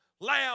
lamb